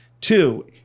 two